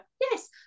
yes